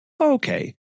Okay